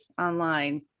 online